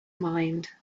mind